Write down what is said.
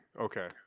Okay